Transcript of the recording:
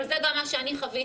אבל זה גם מה שאני חוויתי,